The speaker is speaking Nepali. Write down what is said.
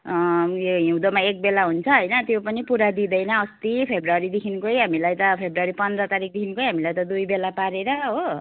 अँ यो हिउँदोमा एक बेला हुन्छ होइन त्यो पनि पुरा दिँदैन अस्ति फब्रुअरीदेखि कै हामीलाई त फब्रुअरी पन्ध्रदेखिकै हामीलाई त दुई बेला पारेर हो